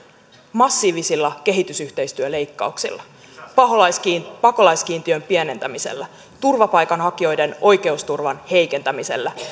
massiivisilla kehitysyhteistyöleikkauksilla pakolaiskiintiön pienentämisellä turvapaikanhakijoiden oikeusturvan heikentämisellä